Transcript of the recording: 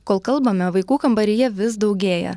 kol kalbame vaikų kambaryje vis daugėja